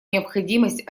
необходимость